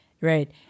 Right